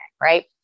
right